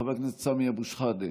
חבר הכנסת סמי אבו שחאדה,